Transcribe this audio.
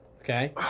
Okay